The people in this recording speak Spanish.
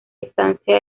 estancia